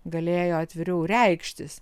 galėjo atviriau reikštis